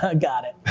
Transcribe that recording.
ah got it.